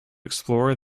explore